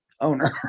owner